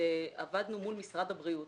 עבדנו מול משרד הבריאות.